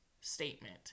statement